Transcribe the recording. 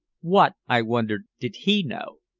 what, i wondered, did he know?